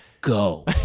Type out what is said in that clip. Go